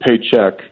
paycheck